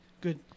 Good